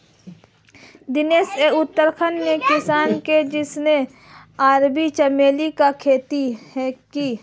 दिनेश एक उत्तराखंड का किसान है जिसने अरबी चमेली की खेती की